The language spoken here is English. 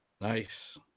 Nice